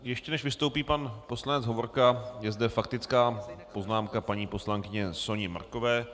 Ještě než vystoupí pan poslanec Hovorka, je zde faktická poznámka paní poslankyně Soni Markové.